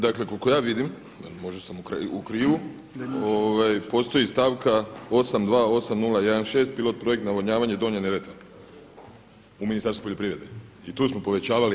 Dakle, koliko ja vidim, možda sam u krivu, postoji stavka 828016 Pilot projekt navodnjavanja Donja Neretva u Ministarstvu poljoprivrede i tu smo povećavali.